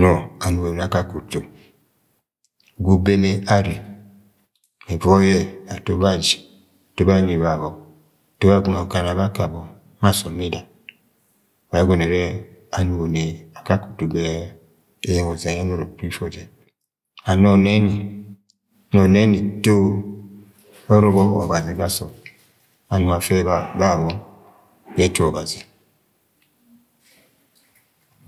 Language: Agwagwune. nọ anugo ni akakẹ utu ubeme are evoi yẹ ato baji ato ba anyi babọ-ọ ato yẹ agọmọ akana baka wọ ma asọm mbida wangẹ ẹgọnọ ẹrẹ anugo ni akarẹ utu ga eneng ọzẹng yẹ nuro gwud ifu jẹ. and nọ nẹni-nọ nẹni to ọrọbọ ọbazi ga sọ-ọd anung afẹ ba-babo-o ga ẹtu ọbazi